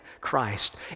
Christ